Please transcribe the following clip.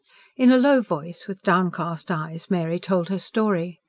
in a low voice, with downcast eyes, mary told her story.